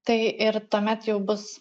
tai ir tuomet jau bus